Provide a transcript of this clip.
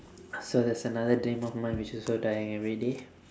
so there's another dream of mine which also dying everyday